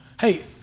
hey